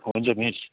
हुन्छ मिस